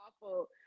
awful